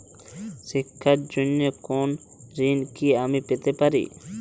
শিক্ষার জন্য কোনো ঋণ কি আমি পেতে পারি?